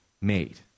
made